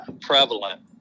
prevalent